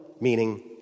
meaning